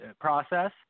process